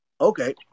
Okay